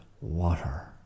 water